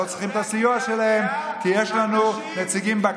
תודה רבה.